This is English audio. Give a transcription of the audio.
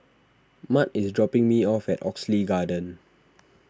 Mart is dropping me off at Oxley Garden